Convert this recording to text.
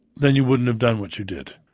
then you wouldn't have done what you did.